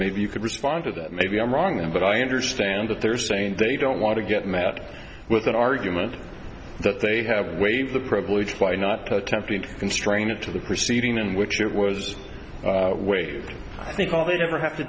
maybe you could respond to that maybe i'm wrong but i understand that they're saying they don't want to get met with an argument that they have waived the privilege why not attempt to constrain it to the proceeding in which it was waived i think all they ever have to